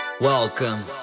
Welcome